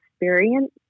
experience